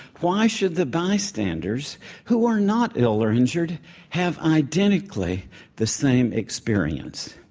why should the bystanders who are not ill or injured have identically the same experience?